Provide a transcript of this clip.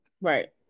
right